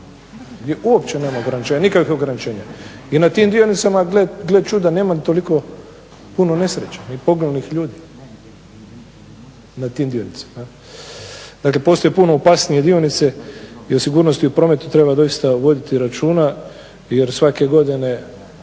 gdje uopće nema ograničenja, nikakvog ograničenja. I na tim dionicama gle čuda nema toliko puno nesreća ni poginulih ljudi na tim dionicama. Dakle, postoje puno opasnije dionice i o sigurnosti u prometu treba doista voditi računa jer svake godine